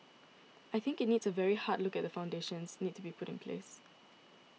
I think it needs a very hard look at the foundations need to be put in place